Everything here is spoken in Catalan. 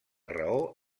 raó